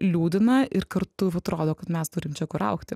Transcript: liūdina ir kartu atrodo kad mes turim čia kur augti